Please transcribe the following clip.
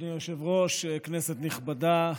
אדוני היושב-ראש, כנסת נכבדה,